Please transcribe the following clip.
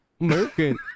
American